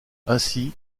ainsi